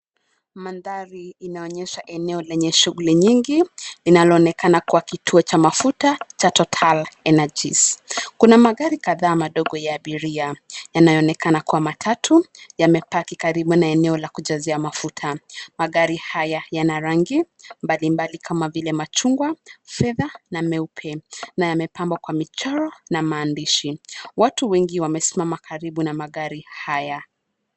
Mandhari inaonyesha eneo lenye shughuli nyingi, linaloonekana kuwa kituo cha mafuta cha Total Energies, kuna magari kadhaa madogo ya abiria, yanayoonekana kuwa matatu, yamepark karibu na eneo la kujazia mafuta, magari haya yana rangi, mbalimbali kama vile machungwa, fedha na meupe, na yamepambwa kwa michoro na maandishi, watu wengi wamesimama karibu na magari haya.